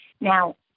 Now